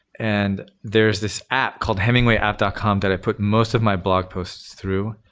and there is this app called hemingwayapp dot com that i put most of my blog posts through,